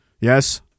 yes